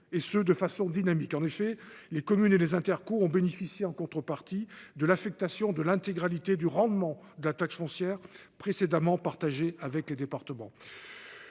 et ce de façon dynamique. En effet, les communes et les intercommunalités ont bénéficié en contrepartie de l’affectation de l’intégralité du rendement de la taxe foncière, qui était précédemment partagé avec les départements.